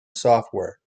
software